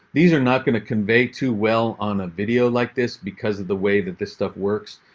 these are not going to convey too well on a video like this because of the way that this stuff works.